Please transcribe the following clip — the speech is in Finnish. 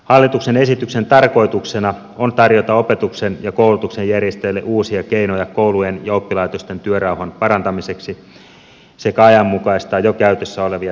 hallituksen esityksen tarkoituksena on tarjota opetuksen ja koulutuksen järjestäjille uusia keinoja koulujen ja oppilaitosten työrauhan parantamiseksi sekä ajanmukaistaa jo käytössä olevia toimintatapoja